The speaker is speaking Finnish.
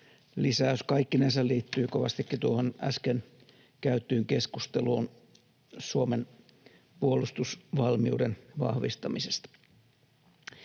lisäys kaikkinensa liittyy kovastikin tuohon äsken käytyyn keskusteluun Suomen puolustusvalmiuden vahvistamisesta.